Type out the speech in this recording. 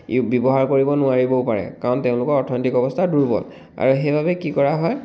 B ব্যৱহাৰ কৰিব নোৱাৰিবও পাৰে কাৰণ তেওঁলোকৰ অৰ্থনৈতিক অৱস্থা দুৰ্বল আৰু সেইবাবে কি কৰা হয়